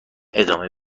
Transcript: ادامه